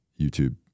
YouTube